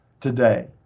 today